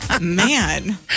Man